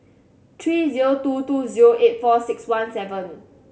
three zero two two eight four six one seven